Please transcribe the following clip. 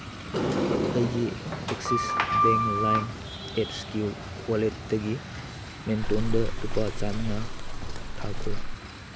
ꯑꯩꯒꯤ Axis bank ꯂꯥꯏꯝ ꯑꯦꯞꯁꯀꯤ ꯋꯥꯂꯦꯠꯇꯒꯤ ꯃꯦꯝꯇꯣꯟꯗ ꯂꯨꯄꯥ ꯆꯃꯉꯥ ꯊꯥꯈꯣ